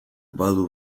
badu